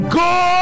go